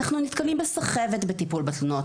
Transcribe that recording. אנחנו נתקלים בסחבת בטיפול בתלונות.